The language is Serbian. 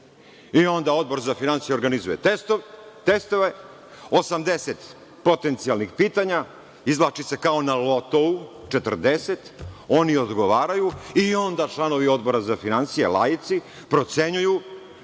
i onda Odbor za finansije organizuje testove, 80 potencijalnih pitanja, izvlači se kao na lotou, 40, oni odgovaraju i onda članovi Odbora za finansije, laici, procenjuju